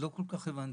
לא כל כך הבנתי.